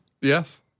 Yes